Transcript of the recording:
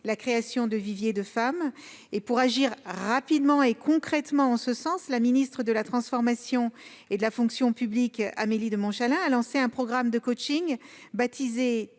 la création de viviers de femmes. Pour agir rapidement et concrètement en ce sens, la ministre de la transformation et de la fonction publiques, Amélie de Montchalin, a lancé un programme de baptisé « Talentueuses ».